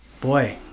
Boy